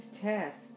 test